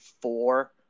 Four